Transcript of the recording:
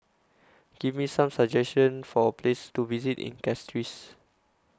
Give Me Some suggestions For Places to visit in Castries